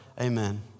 amen